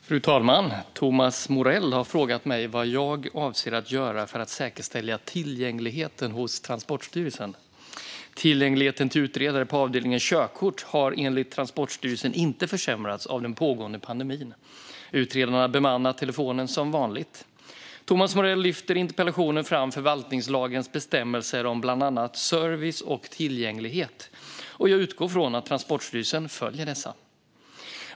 Fru talman! Thomas Morell har frågat mig vad jag avser att göra för att säkerställa tillgängligheten hos Transportstyrelsen. Tillgängligheten till utredare på avdelningen körkort har enligt Transportstyrelsen inte försämrats av den pågående pandemin. Utredarna bemannar telefonen som vanligt. Thomas Morell lyfter i interpellationen fram förvaltningslagens bestämmelser om bland annat service och tillgänglighet. Jag utgår från att Transportstyrelsen följer dessa.